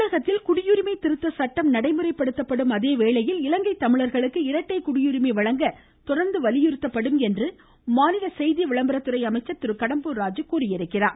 கடம்பூர் ராஜு தமிழகத்தில் குடியுரிமை திருத்த சட்டம் நடைமுறைப்படுத்தப்படும் அதே வேளையில் இலங்கை தமிழர்களுக்கு இரட்டை குடியுரிமை வழங்க தொடர்ந்து வலியுறுத்தப்படும் என்று மாநில செய்தி விளம்பரத்துறை அமைச்சர் திரு கடம்பூர் ராஜு கூறியுள்ளார்